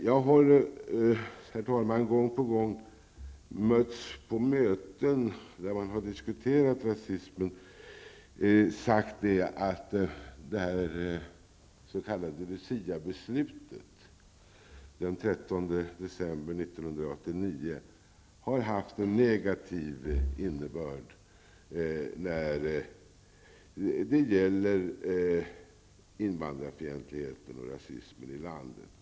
På möten där man har diskuterat rasismen har jag många gånger hört sägas att det s.k. Luciabeslutet den 13 december 1989 har haft en negativ effekt när det gäller invandrarfientligheten och rasismen i landet.